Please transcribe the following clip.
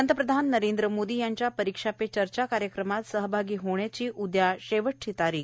पंतप्रधान नरेंद्र मोदी यांच्या परीक्षा पे चर्चा कार्यमात सहभागी होण्याची उद्या शेवटची तारीख